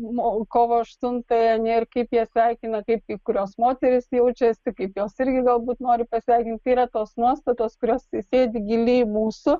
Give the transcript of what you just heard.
nu kovo aštuntąją ar ne ir kaip jie sveikina kaip kai kurios moterys jaučiasi kaip jos irgi galbūt nori pasveikint yra tos nuostatos kurios tesėti giliai mūsų